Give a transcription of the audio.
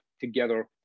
together